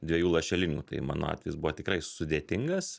dviejų lašelinių tai mano atvejis buvo tikrai sudėtingas